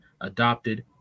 adopted